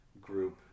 group